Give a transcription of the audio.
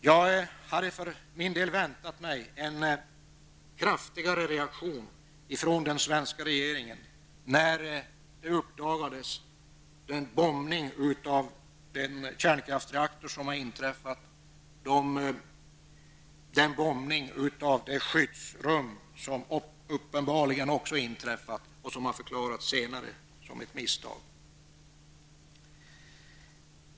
Jag hade för min del väntat mig en kraftigare reaktion från den svenska regeringen när bombningen av en kärnkraftreaktor uppdagades och efter den uppenbarligen inträffade bombningen av ett skyddsrum. Den händelsen har senare förklarats vara ett misstag.